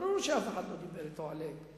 ברור שאף אחד לא דיבר אתו עליהם,